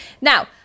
Now